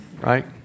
right